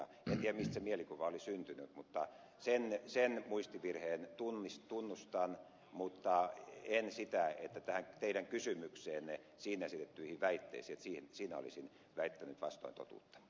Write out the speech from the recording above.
en tiedä mistä se mielikuva oli syntynyt mutta sen muistivirheen tunnustan mutta en sitä että tässä teidän kysymyksessänne esitettyihin väitteisiin olisin väittänyt vastoin totuutta